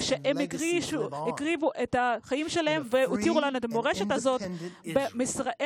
ההקרבה שלהם והמורשת שלהם ממשיכות לחיות במדינה